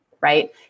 right